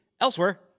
Elsewhere